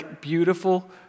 beautiful